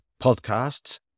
podcasts